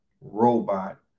robot